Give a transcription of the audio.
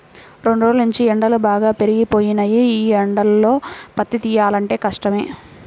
రెండ్రోజుల్నుంచీ ఎండలు బాగా పెరిగిపోయినియ్యి, యీ ఎండల్లో పత్తి తియ్యాలంటే కష్టమే